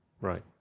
Right